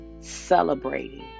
celebrating